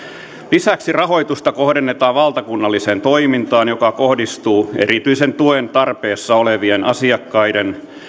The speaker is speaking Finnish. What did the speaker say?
lisäksi rahoitusta kohdennetaan valtakunnalliseen toimintaan joka kohdistuu erityisen tuen tarpeessa olevien asiakkaiden